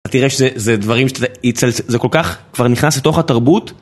אתה תראה שזה דברים שזה כל כך כבר נכנס לתוך התרבות..